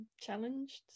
challenged